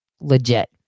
Legit